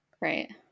Right